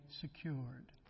secured